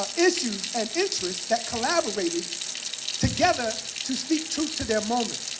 ah issues and interests that collaborated together to speak truth to their moment.